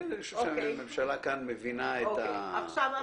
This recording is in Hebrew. אני חושב שהממשלה כאן מבינה את --- הממשלה